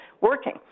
working